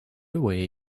away